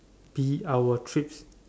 be our treats